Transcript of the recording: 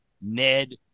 Ned